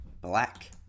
Black